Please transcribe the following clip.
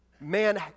man